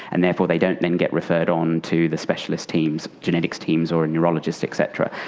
and therefore they don't then get referred on to the specialist teams, genetics teams or neurologists et cetera,